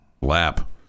lap